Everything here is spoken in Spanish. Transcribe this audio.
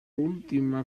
última